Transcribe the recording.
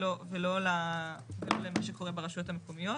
ולא למה שקורה ברשויות המקומיות.